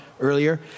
earlier